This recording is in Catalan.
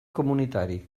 comunitari